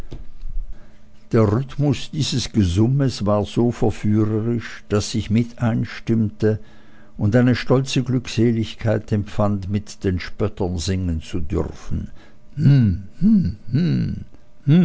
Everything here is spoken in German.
der rhythmus dieses gesummes war so verführerisch daß ich mit einstimmte und eine stolze glückseligkeit empfand mit den spöttern singen zu dürfen